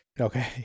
Okay